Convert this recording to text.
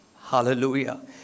Hallelujah